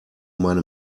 meine